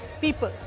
people